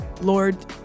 Lord